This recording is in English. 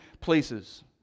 places